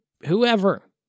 whoever